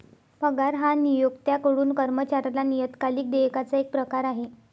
पगार हा नियोक्त्याकडून कर्मचाऱ्याला नियतकालिक देयकाचा एक प्रकार आहे